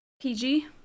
PG